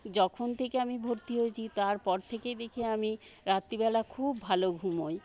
যখন থেকে আমি ভর্তি হয়েছি তারপর থেকেই দেখি আমি রাত্রিবেলা খুব ভালো ঘুমোই